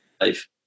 life